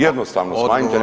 Jednostavno